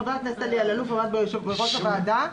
חבר הכנסת אלי אלאלוף היה יושב ראש הוועדה.